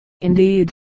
indeed